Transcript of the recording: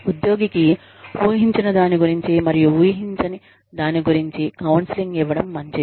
ఉద్యోగికి ఊహించిన దాని గురుంచి మరియు ఊహించని దాని గురుంచి కౌన్సెలింగ్ ఇవ్వడం మంచిది